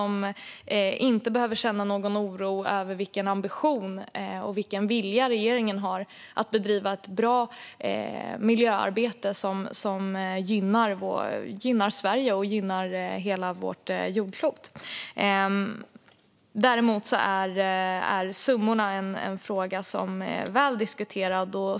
Man behöver inte känna någon oro över vilken ambition och vilja regeringen har att bedriva ett bra miljöarbete som gynnar Sverige och hela vårt jordklot. Summorna är en fråga som är väl diskuterad.